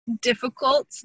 difficult